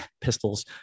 pistols